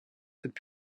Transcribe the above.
cette